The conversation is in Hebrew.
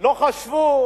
לא חשבו